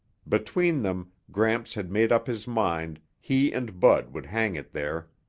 between them, gramps had made up his mind, he and bud would hang it there.